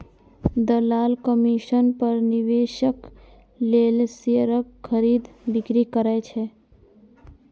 दलाल कमीशन पर निवेशक लेल शेयरक खरीद, बिक्री करै छै